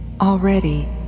already